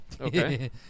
Okay